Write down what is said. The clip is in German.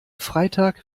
freitag